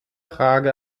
frage